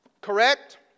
Correct